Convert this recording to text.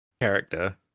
character